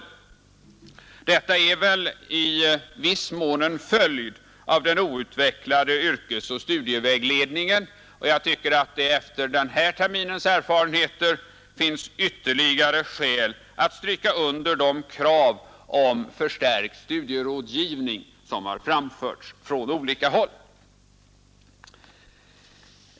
Det är väl i vissa mån en följd av den outvecklade yrkesoch studievägledningen, och jag tycker att det efter den här terminens erfarenheter finns ytterligare skäl att stryka under de krav om förstärkt studierådgivning som har framförts från olika håll.